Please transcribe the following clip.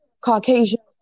Caucasian